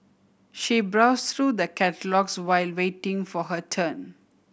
she browse through the catalogues while waiting for her turn